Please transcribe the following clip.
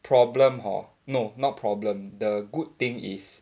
problem hor no not problem the good thing is